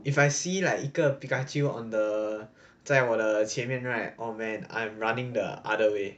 if I see like 一个 pikachu on the 在我的前面 right oh man I'm running the other way